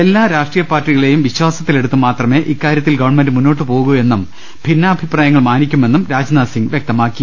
എല്ലാ രാഷ്ട്രീയ പാർട്ടികളെയും വിശ്വാസത്തിലെടുത്തുമാത്രമെ ഇക്കാര്യത്തിൽ ഗവൺമെന്റ് മുന്നോട്ട് പോകൂ എന്നും ഭിന്നാഭിപ്രായങ്ങൾ മാനിക്കു മെന്നും രാജ്നാഥ്സിങ് വൃക്തമാക്കി